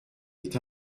est